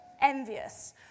envious